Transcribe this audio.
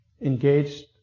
engaged